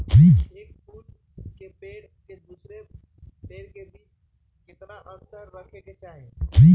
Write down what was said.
एक फुल के पेड़ के दूसरे पेड़ के बीज केतना अंतर रखके चाहि?